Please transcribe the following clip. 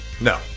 No